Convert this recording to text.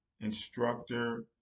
instructor